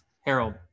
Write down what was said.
Harold